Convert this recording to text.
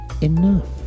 enough